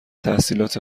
تحصیلات